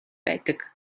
байдаг